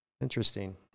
interesting